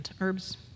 herbs